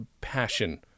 passion